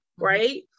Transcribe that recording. right